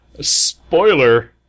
Spoiler